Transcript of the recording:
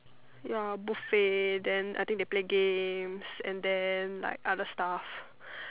ya buffet then I think they play games and then like other stuff